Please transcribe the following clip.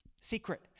Secret